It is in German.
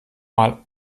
mal